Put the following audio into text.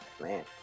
Man